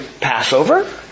Passover